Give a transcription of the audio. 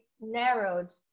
narrowed